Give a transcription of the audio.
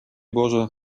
boże